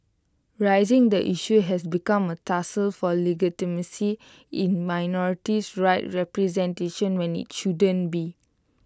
raising the issue has become A tussle for legitimacy in minority rights representation when IT shouldn't be